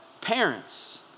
parents